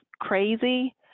crazy